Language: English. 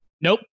Nope